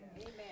Amen